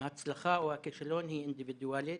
ההצלחה או הכישלון הם אינדיבידואליים,